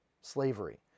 Slavery